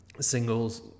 Singles